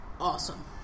awesome